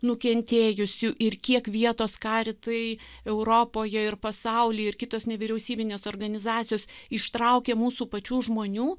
nukentėjusių ir kiek vietos karitai europoje ir pasaulyje ir kitos nevyriausybinės organizacijos ištraukė mūsų pačių žmonių